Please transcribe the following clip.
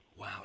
Wow